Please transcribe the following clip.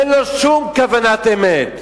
אין לו שום כוונת אמת,